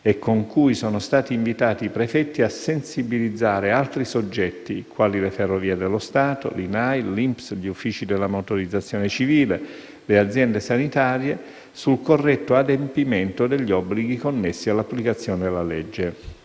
e con cui sono stati invitati i prefetti a sensibilizzare «altri soggetti, quali le Ferrovie dello Stato, l'INAIL, l'INPS, gli uffici della Motorizzazione civile, le aziende sanitarie, sul corretto adempimento degli obblighi connessi all'applicazione della legge».